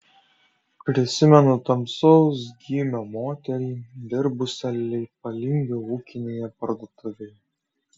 prisimenu tamsaus gymio moterį dirbusią leipalingio ūkinėje parduotuvėje